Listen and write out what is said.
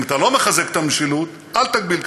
אם אתה לא מחזק את המשילות, אל תגביל קדנציות.